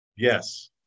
Yes